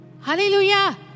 Hallelujah